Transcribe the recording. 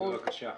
בבקשה.